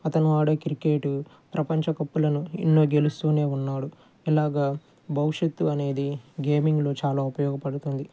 అతను ఆడే క్రికెటు ప్రపంచ కప్పులను ఎన్నో గెలుస్తూనే ఉన్నాడు ఇలాగ భవిష్యత్తు అనేది గేమింగ్లో చాలా ఉపయోగపడుతుంది